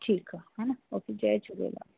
ठीकु आहे हान ओके जय झूलेलाल